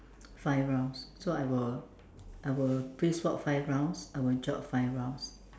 five rounds so I will I will brisk walk five rounds I will jog five rounds